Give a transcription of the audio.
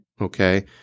Okay